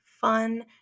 fun